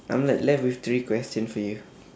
I'm like left with three questions for you